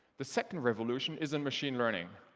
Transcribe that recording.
the second revolution is in machine learning,